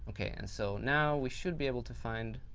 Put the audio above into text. okay. and so now we should be able to find,